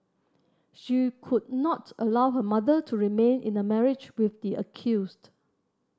she could not allow her mother to remain in a marriage with the accused